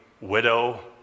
widow